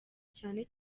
cyane